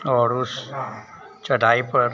और उस चढ़ाई पर